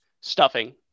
Stuffing